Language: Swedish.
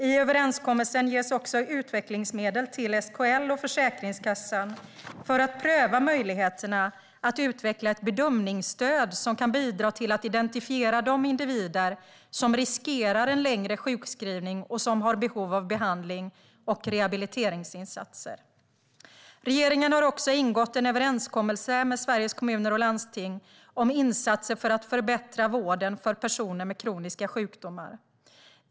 I överenskommelsen ges också utvecklingsmedel till SKL och Försäkringskassan för att pröva möjligheterna att utveckla ett bedömningsstöd som kan bidra till att identifiera de individer som riskerar en längre sjukskrivning och som har behov av behandlings och rehabiliteringsinsatser. Regeringen har också ingått en överenskommelse med Sveriges Kommuner och Landsting om insatser för att förbättra vården för personer med kroniska sjukdomar.